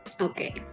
Okay